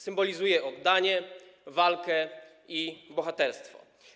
Symbolizuje on oddanie, walkę i bohaterstwo.